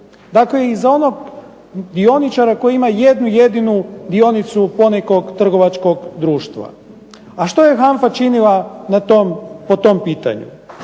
Dakle i za onog dioničara koji ima jednu jedinu dionicu ponekog trgovačkog društva. A što je HANFA činila po tom pitanju?